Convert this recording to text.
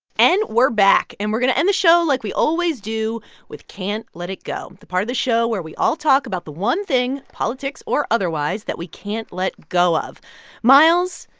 and we're back. and we're going to end the show like we always do with can't let it go, the part of the show where we all talk about the one thing, politics or otherwise, that we can't let go of miles,